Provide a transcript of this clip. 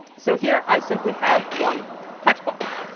so here i simply have one text box,